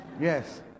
yes